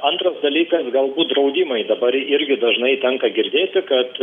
antras dalykas galbūt draudimai dabar irgi dažnai tenka girdėti kad